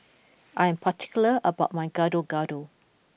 I am particular about my Gado Gado